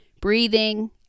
breathing